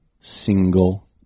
single